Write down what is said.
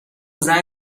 زنگ